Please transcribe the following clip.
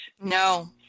No